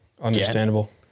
understandable